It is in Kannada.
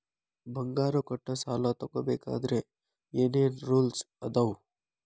ಬಂಗಾರ ಕೊಟ್ಟ ಸಾಲ ತಗೋಬೇಕಾದ್ರೆ ಏನ್ ಏನ್ ರೂಲ್ಸ್ ಅದಾವು?